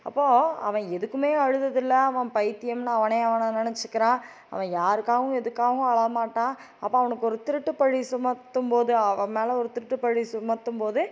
அப்போது அவன் எதுக்குமே அழுததில்ல அவன் பைத்தியம்னு அவனே அவனை நினச்சுக்கிறான் அவன் யாருக்காவும் எதுக்காவும் அழமாட்டான் அப்போ அவனுக்கு ஒரு திருட்டுப்பழி சுமத்தும் போது அவன் மேலே ஒரு திருட்டுப்பழி சுமத்தும் போது